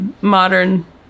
modern